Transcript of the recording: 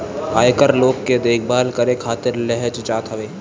आयकर लोग के देखभाल करे खातिर लेहल जात हवे